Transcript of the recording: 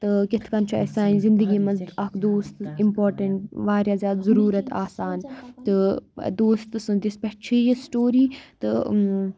تہٕ کِتھ کٔنۍ چھُ اسہِ سانہِ زِنٛدَگِی منٛز اَکھ دوستہٕ اِمپاٹیٚنٛٹ واریاہ زِیادٕ ضرورَت آسان تہٕ دُوستہٕ سُنٛد یہِ پؠٹھ چِھ یہِ سِٹُورِی تہٕ اۭم